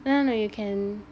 no no you can